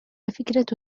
فكرة